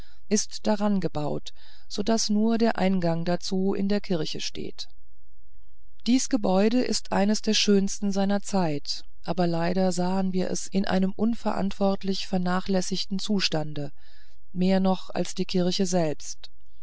ist daran angebaut so daß nur der eingang dazu in der kirche steht dies gebäude ist eines der schönsten seiner zeit aber leider sahen wir es in einem unverantwortlich vernachlässigten zustande mehr noch als die kirche selbst